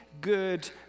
good